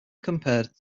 compared